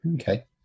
okay